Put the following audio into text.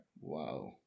Wow